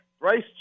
Bryce